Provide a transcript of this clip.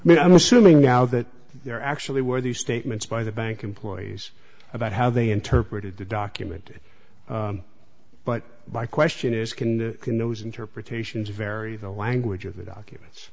me i'm assuming now that there actually were these statements by the bank employees about how they interpreted the document but my question is can can those interpretations vary the language of the documents